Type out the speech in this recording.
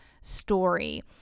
story